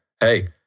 Hey